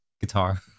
guitar